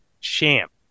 Champ